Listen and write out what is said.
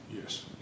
Yes